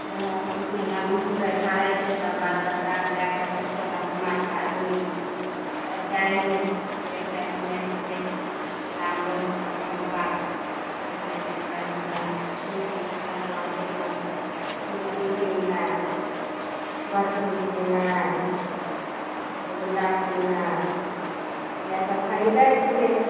इएह सब मेलामे घुरै घारै छै सब बाल बच्चाके लए कऽ टोला समाजके आदमी सब जाइ हियै देखे सुनै छियै मेलामे बहुत रकमके बात होइ छै देखऽ सुनऽ मूर्ति फलना चिलना सब मूर्ति किननाइ बर्फी किननाइ रसगुल्ला किननाइ इएह सब खरीदै छियै